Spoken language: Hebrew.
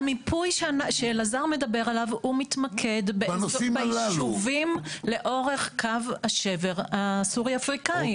המיפוי שאלעזר מדבר עליו מתמקד ביישובים לאורך קו השבר הסורי-אפריקני.